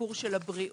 בסיפור של הבריאות.